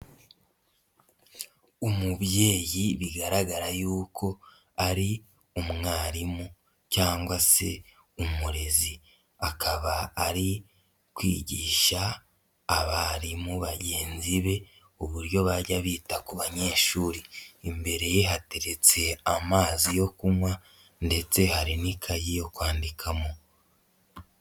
Umubyeyi bigaragara yuko ari umwarimu cyangwa se umurezi. Akaba ari kwigisha abarimu bagenzi be uburyo bajya bita ku banyeshuri, imbere ye hateretse amazi yo kunywa ndetse hari n'ikayi yo kwandikamo.